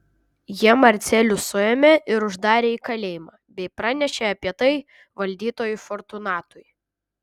jie marcelių suėmė ir uždarė į kalėjimą bei pranešė apie tai valdytojui fortunatui